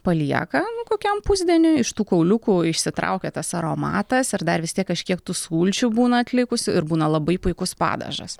palieka nu kokiam pusdieniui iš tų kauliukų išsitraukia tas aromatas ir dar vis tiek kažkiek tų sulčių būna atlikusių ir būna labai puikus padažas